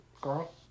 Girl